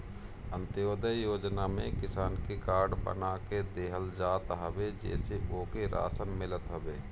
अन्त्योदय योजना में किसान के कार्ड बना के देहल जात हवे जेसे ओके राशन मिलत हवे